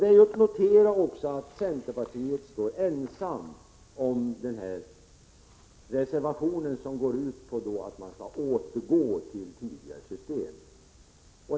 Det är också att notera att centerpartiet står ensamt om den här reservationen, som går ut på att man skall återgå till tidigare system.